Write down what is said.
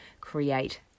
create